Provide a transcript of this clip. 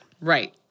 Right